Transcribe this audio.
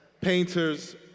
painters